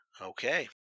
Okay